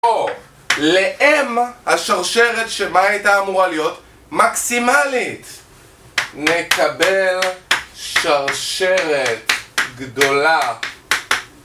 או ל m השרשרת שמה היא היתה אמורה להיות? מקסימלית, נקבל שרשרת גדולה